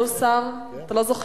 כל שר, אתה לא זוכר.